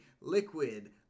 liquid